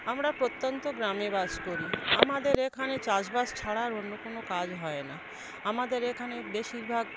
আমরা প্রত্যন্ত গ্রামে বাস করি আমাদের এখানে চাষবাস ছাড়া আর অন্য কোনও কাজ হয় না আমাদের এখানে বেশিরভাগ